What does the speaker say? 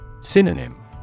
Synonym